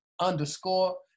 underscore